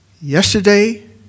Yesterday